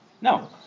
No